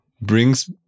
brings